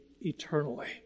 eternally